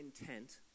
intent